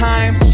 Time